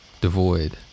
devoid